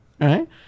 right